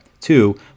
Two